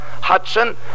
Hudson